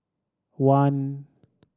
one